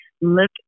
look